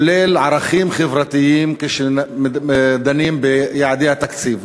אני חושב שיש מקום לקדם חוק שכולל ערכים חברתיים כשדנים ביעדי התקציב,